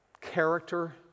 character